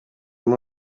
buri